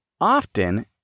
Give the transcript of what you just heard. often